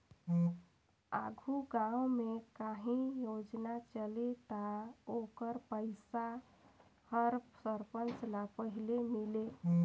आघु गाँव में काहीं योजना चले ता ओकर पइसा हर सरपंच ल पहिले मिले